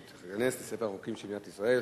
ותיכנס לספר החוקים של מדינת ישראל.